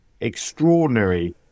extraordinary